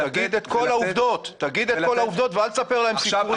תגיד את כל העובדות ואל תספר להם סיפורים.